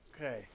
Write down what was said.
okay